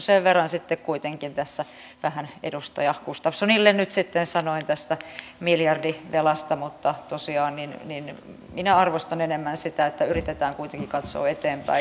sen verran sitten kuitenkin tässä vähän edustaja gustafssonille sanoin tästä miljardivelasta mutta tosiaan minä arvostan enemmän sitä että yritetään kuitenkin katsoa eteenpäin